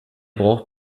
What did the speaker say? braucht